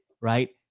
right